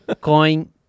Coin